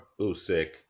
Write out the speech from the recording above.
Usyk